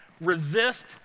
resist